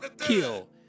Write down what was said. kill